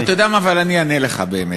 אבל אתה יודע מה, אני אענה לך, באמת.